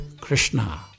Krishna